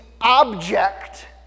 object